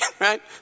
right